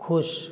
खुश